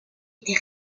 était